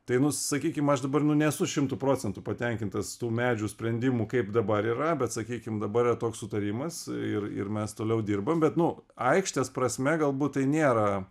tai nu sakykim aš dabar nu nesu šimtu procentų patenkintas tų medžių sprendimu kaip dabar yra bet sakykim dabar yra toks sutarimas ir ir mes toliau dirbam bet nu aikštės prasme galbūt tai nėra